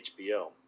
HBO